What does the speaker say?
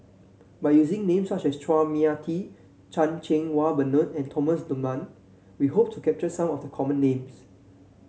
by using names such as Chua Mia Tee Chan Cheng Wah Bernard and Thomas Dunman we hope to capture some of the common names